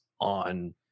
on